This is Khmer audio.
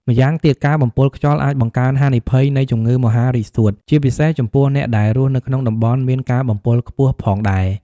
ម្យ៉ាងទៀតការបំពុលខ្យល់អាចបង្កើនហានិភ័យនៃ ជំងឺមហារីកសួត ជាពិសេសចំពោះអ្នកដែលរស់នៅក្នុងតំបន់មានការបំពុលខ្ពស់ផងដែរ។